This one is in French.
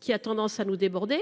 qui a tendance à nous déborder